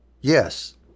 Yes